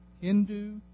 Hindu